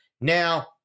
Now